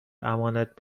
امانت